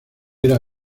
era